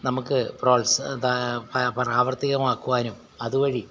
നമുക്ക് പ്രോത്സാ പ്രാവർത്തികമാക്കുവാനും അതുവഴി